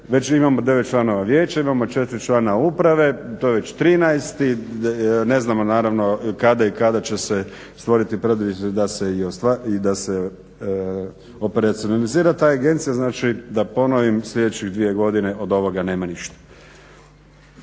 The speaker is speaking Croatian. već imamo 9 članova vijeća, imamo 4 člana uprave, to je već 13 i ne znamo naravno kada i kada će se stvoriti proizvodi da se i ostvari, operacionalizira ta agencija, znači da ponovim, sljedećih dvije godine od ovoga nema ništa.